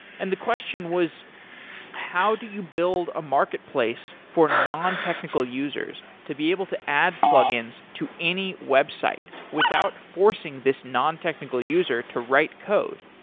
and the question was how do you build a marketplace for non-technical users users to be able to add plug-ins to any website without forcing this non-technical user to write code?